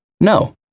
No